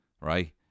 right